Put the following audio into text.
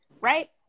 right